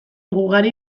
ugari